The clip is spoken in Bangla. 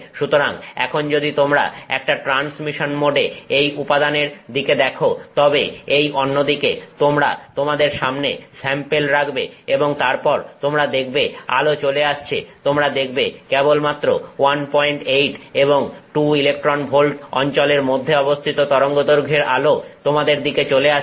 সুতরাং এখন যদি তোমরা একটা ট্রান্সমিশন মোড এ এই উপাদানের দিকে দেখো তবে এই অন্যদিকে তোমরা তোমাদের সামনে স্যাম্পেল রাখবে এবং তারপর তোমরা দেখবে আলো চলে আসছে তোমরা দেখবে কেবলমাত্র 18 এবং 2 ইলেকট্রন ভোল্ট অঞ্চলের মধ্যে অবস্থিত তরঙ্গদৈর্ঘ্যের আলো তোমাদের দিকে চলে আসছে